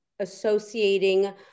associating